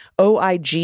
OIG